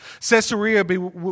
Caesarea